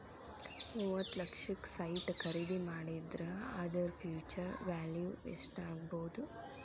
ಮೂವತ್ತ್ ಲಕ್ಷಕ್ಕ ಸೈಟ್ ಖರಿದಿ ಮಾಡಿದ್ರ ಅದರ ಫ್ಹ್ಯುಚರ್ ವ್ಯಾಲಿವ್ ಯೆಸ್ಟಾಗ್ಬೊದು?